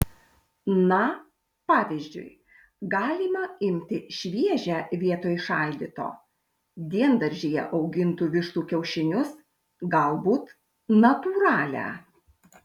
na pavyzdžiui galima imti šviežią vietoj šaldyto diendaržyje augintų vištų kiaušinius galbūt natūralią